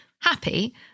happy